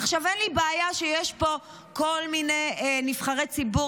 אין לי בעיה שיש פה כל מיני נבחרי ציבור